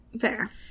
Fair